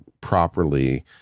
properly